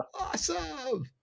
Awesome